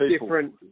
different